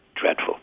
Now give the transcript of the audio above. dreadful